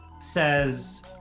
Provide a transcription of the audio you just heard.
says